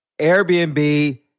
Airbnb